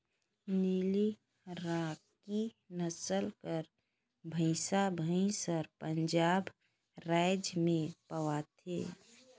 नीली राकी नसल कर भंइसा भंइस हर पंजाब राएज में पवाथे